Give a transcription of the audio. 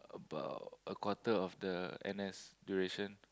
about a quarter of the n_s duration